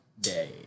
Day